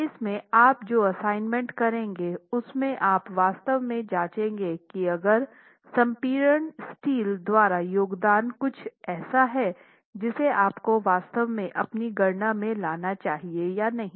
और इसमें आप जो असाइनमेंट करेंगे उसमे आप वास्तव में जांचेंगे की अगर संपीड़न स्टील द्वारा योगदान कुछ ऐसा है जिसे आपको वास्तव में अपनी गणना में लाना चाहिए या नहीं